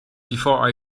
before